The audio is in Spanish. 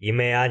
y me hombre que la tumba sagrada